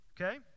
Okay